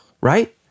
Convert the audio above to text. Right